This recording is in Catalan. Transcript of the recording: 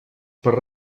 per